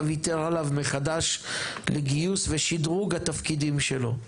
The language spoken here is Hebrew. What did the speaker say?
ויתר עליו מחדש לגיוס ושדרוג התפקידים שלו.